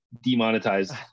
demonetized